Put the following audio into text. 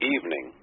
Evening